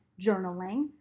journaling